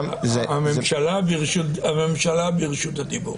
הממשלה ברשות הדיבור.